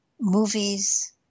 movies